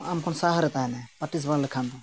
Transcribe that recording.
ᱟᱢ ᱠᱷᱚᱱ ᱥᱟᱦᱟᱨᱮ ᱛᱟᱦᱮᱱᱟ ᱯᱮᱠᱴᱤᱥ ᱵᱟᱲᱟ ᱞᱮᱠᱷᱟᱱ ᱫᱚ